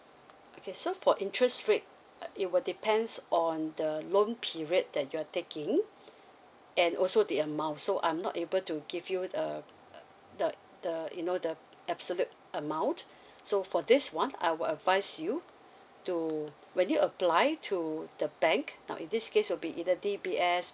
okay so for interest rate it will depends on the loan period that you're taking and also the amount so I'm not able to give you the the the you know the absolute amount so for this one I will advise you to when you apply to the bank now in this case will be either D_B_S